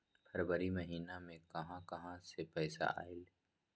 फरवरी महिना मे कहा कहा से पैसा आएल?